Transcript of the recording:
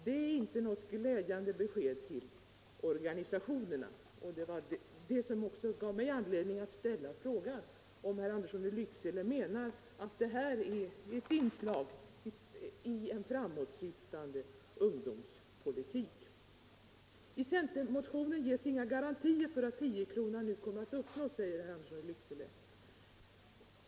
Det är inte något glädjande besked till organisationerna. Det var detta som också gav mig anledning att ställa frågan om herr Andersson i Lycksele menar att det här är ett inslag i en framåtsiktande ungdomspolitik. I centermotionen ges inga garantier för att tiokronorsmålet nu kommer att uppnås, säger herr Andersson i Lycksele.